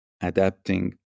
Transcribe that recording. adapting